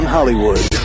Hollywood